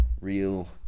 real